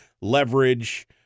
leverage